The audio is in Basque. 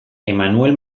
emmanuel